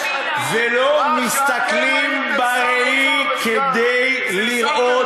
ולא מסתכלים בראי כדי לראות,